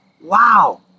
Wow